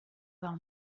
del